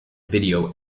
video